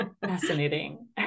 fascinating